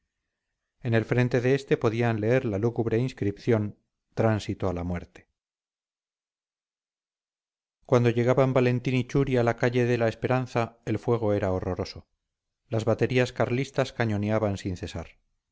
en el frente de esta podían leer la lúgubre inscripción tránsito a la muerte cuando llegaban valentín y churi a la calle de la esperanza el fuego era horroroso las baterías carlistas cañoneaban sin cesar